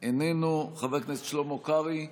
איננו, חבר הכנסת שלמה קרעי,